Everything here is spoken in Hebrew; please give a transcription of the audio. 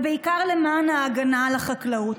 ובעיקר למען ההגנה על החקלאות.